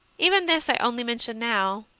even this i only mention now,